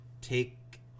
take